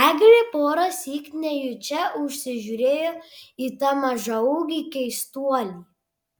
eglė porąsyk nejučia užsižiūrėjo į tą mažaūgį keistuolį